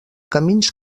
camins